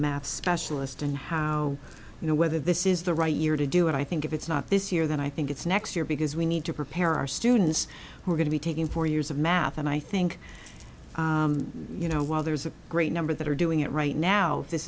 math specialist and how you know whether this is the right year to do it i think if it's not this year then i think it's next year because we need to prepare our students who are going to be taking four years of math and i think you know while there's a great number that are doing it right now this